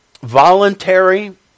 Voluntary